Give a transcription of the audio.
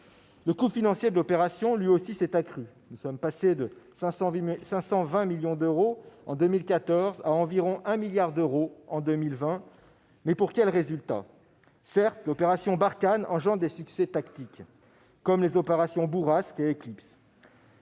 Le coût financier de l'opération, lui aussi, s'est accru : de 520 millions d'euros en 2014 à environ 1 milliard d'euros en 2020. Pour quels résultats ? Certes, l'opération Barkhane engendre des succès tactiques, comme les opérations Bourrasque et Éclipse.